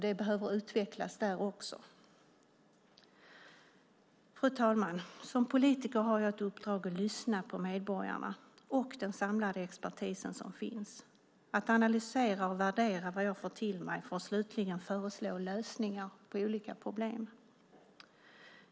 Det behöver utvecklas. Fru talman! Som politiker har jag ett uppdrag att lyssna på medborgarna och den samlade expertisen, att analysera och värdera vad jag får till mig för att slutligen föreslå lösningar på olika problem.